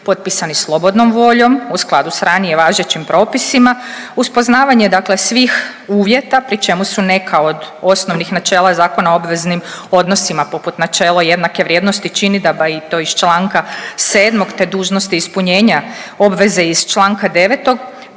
potpisani slobodnom voljom, u skladu s ranije važećim propisima uz poznavanje dakle svih uvjeta, pri čemu su neka od osnovnih načela Zakona o obveznim odnosima poput načelo jednake vrijednosti činidaba i to iz čl. 7. te dužnosti ispunjenja obveze iz čl. 9.